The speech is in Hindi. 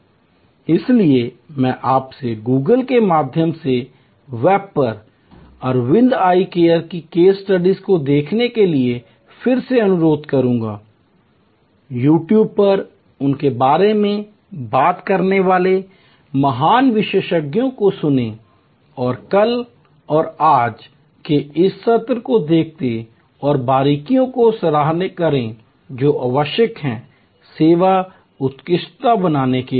इसलिए मैं आपसे Google के माध्यम से वेब पर Aravind eye care case studies को देखने के लिए फिर से अनुरोध करूंगा यूट्यूब पर उनके बारे में बात करने वाले महान विशेषज्ञों को सुनें और कल और आज के इस सत्र को देखें और बारीकियों की सराहना करें जो आवश्यक हैं सेवा उत्कृष्टता बनाने के लिए